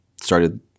started